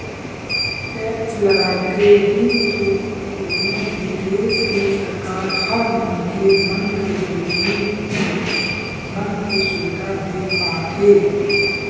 tax लगाके ही तो कोनो भी देस के सरकार ह मनखे मन के जरुरी जिनिस मन के सुबिधा देय पाथे